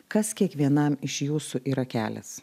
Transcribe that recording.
kas kiekvienam iš jūsų yra kelias